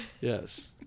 Yes